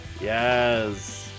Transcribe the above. Yes